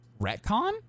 Retcon